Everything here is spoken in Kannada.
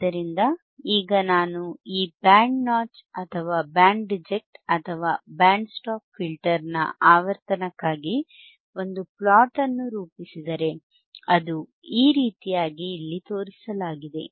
ಆದ್ದರಿಂದ ಈಗ ನಾನು ಈ ಬ್ಯಾಂಡ್ ನಾಚ್ ಅಥವಾ ಬ್ಯಾಂಡ್ ರಿಜೆಕ್ಟ್ ಅಥವಾ ಬ್ಯಾಂಡ್ ಸ್ಟಾಪ್ ಫಿಲ್ಟರ್ನ ಆವರ್ತನಕ್ಕಾಗಿ ಒಂದು ಪ್ಲೊಟ್ ಅನ್ನು ರೂಪಿಸಿದರೆ ಅದು ಈ ರೀತಿಯಾಗಿ ಇಲ್ಲಿ ತೋರಿಸಲಾಗಿದೆ